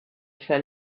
fell